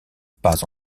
pas